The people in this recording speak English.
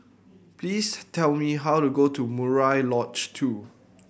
please tell me how to go to Murai Lodge Two